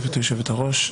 גברתי היושבת-ראש,